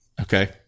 Okay